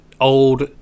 old